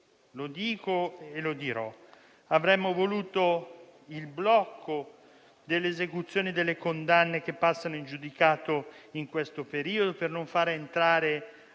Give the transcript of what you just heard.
lo dico e lo dirò: avremmo voluto il blocco delle esecuzioni delle condanne che passano in giudicato in questo periodo per non far entrare